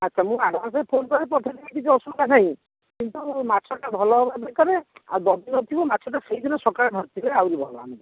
ଆଚ୍ଛା ମୁଁ advance phone ପେରେ ପଠେଇ ଦେବି କିଛି ଅସୁବିଧା ନାହିଁ କିନ୍ତୁ ମାଛଟା ଭଲ ହେବା ଦରକାରେ ଆଉ ଯଦି ରଖିବ ମାଛଟା ସେଇଦିନ ସକାଳେ ଧରିଥିବେ ଆହୁରି ଭଲ ଆମକୁ